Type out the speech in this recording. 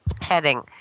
heading